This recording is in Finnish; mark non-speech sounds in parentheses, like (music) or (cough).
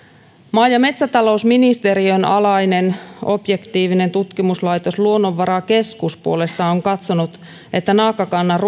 maa ja metsätalousministeriön alainen objektiivinen tutkimuslaitos luonnonvarakeskus puolestaan on katsonut että naakkakannan (unintelligible)